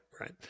right